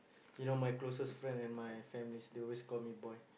you know my closest friends and my families they always call me boy